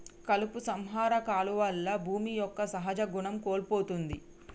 కలుపు సంహార కాలువల్ల భూమి యొక్క సహజ గుణం కోల్పోతుంది